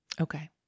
Okay